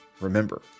Remember